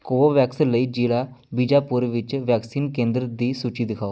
Covovax ਲਈ ਜ਼ਿਲ੍ਹਾ ਬੀਜਾਪੁਰ ਵਿੱਚ ਵੈਕਸੀਨ ਕੇਂਦਰ ਦੀ ਸੂਚੀ ਦਿਖਾਓ